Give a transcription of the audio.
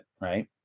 Right